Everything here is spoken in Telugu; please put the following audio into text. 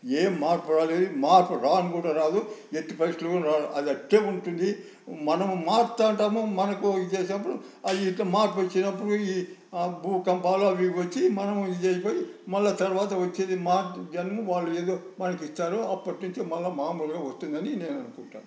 ఏమి మార్పు రాలేదు మార్పు రాను కూడా రాదు ఎట్టి పరిస్థితుల్లో అది అలానే ఉంటుంది మనం మారుతుంటాము మనకు ఈ దేశంలో అయ్యి మార్పు వచ్చినప్పుడు ఈ భూకంపాలు అవి ఇవి వచ్చి మనము ఇది అయిపోయి మళ్ళీ తర్వాత వచ్చేది జన్మ వాళ్ళు మనకు ఏదో ఇస్తారు అప్పటి నుంచి మళ్ళీ మాములుగా వస్తుందని నేను అనుకుంటాన్న